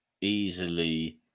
easily